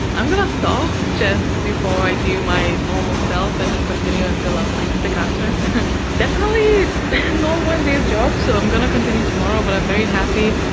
i'm gonna stop just before i do my normal self and just continue until i'm like sick after definitely not one day's job. so, i'm gonna continue tomorrow, but i'm very happy.